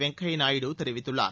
வெங்கய்யா நாயுடு தெரிவித்துள்ளார்